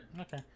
Okay